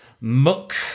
muck